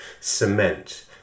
Cement